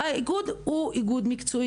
האיגוד איגוד מקצועי,